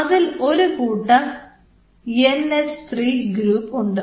അതിൽ ഒരു കൂട്ടം എൻ എച്ച് 3 ഗ്രൂപ്പ് ഉണ്ട്